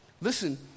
Listen